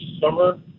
summer